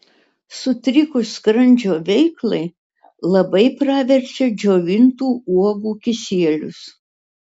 sutrikus skrandžio veiklai labai praverčia džiovintų uogų kisielius